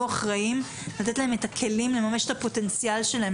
אחראים לתת להם את הכלים לממש את הפוטנציאל שלהם,